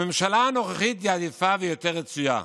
הממשלה הנוכחית היא עדיפה ויותר רצויה,